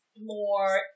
more